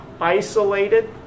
isolated